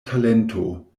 talento